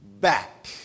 back